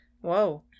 Whoa